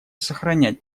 сохранять